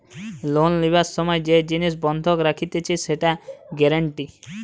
loan লিবার সময় যে জিনিস বন্ধক রাখতিছে সেটা গ্যারান্টি